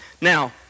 Now